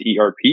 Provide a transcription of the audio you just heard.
ERP